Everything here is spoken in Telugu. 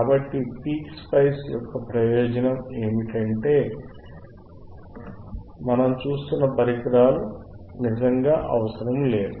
కాబట్టి PSpice యొక్క ప్రయోజనం ఏమిటంటే మనకు మనం చూస్తున్న పరికరాలు నిజంగా అవసరం లేదు